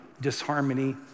disharmony